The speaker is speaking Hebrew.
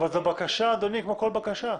אבל זאת בקשה כמו כל בקשה.